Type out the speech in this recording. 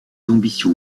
ambitions